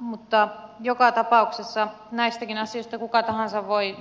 mutta joka tapauksessa näistäkin asioista kuka tahansa voi